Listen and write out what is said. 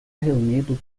reunido